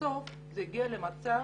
בסוף זה הגיע למצב